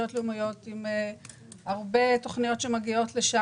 הרבה תוכניות,